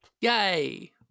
Yay